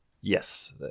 Yes